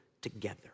together